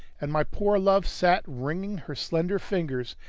and my poor love sat wringing her slender fingers,